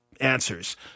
answers